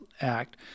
act